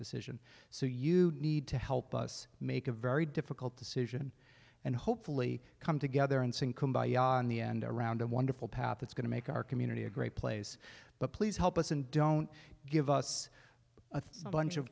decision so you need to help us make a very difficult decision and hopefully come together and sing kumbaya on the end around a wonderful path that's going to make our community a great place but please help us and don't give us a bunch of